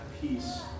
peace